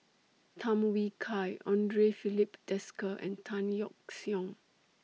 Tham Yui Kai Andre Filipe Desker and Tan Yeok Seong